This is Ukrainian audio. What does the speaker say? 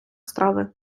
страви